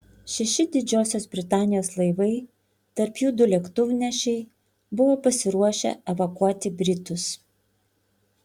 šeši didžiosios britanijos laivai tarp jų du lėktuvnešiai buvo pasiruošę evakuoti britus